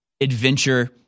adventure